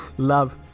Love